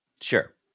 Sure